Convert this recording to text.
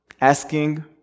asking